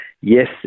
yes